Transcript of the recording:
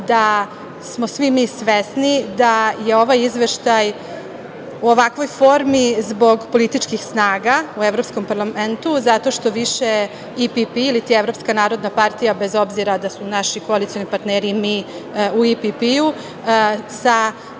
da smo svi mi svesni da je ovaj Izveštaj u ovakvoj formi zbog političkih snaga u Evropskom parlamentu, zato što više i Pipilit i Evropska narodna partija, bez obzira da su naši koalicioni partneri mi u IPP sa njihovim